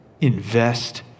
Invest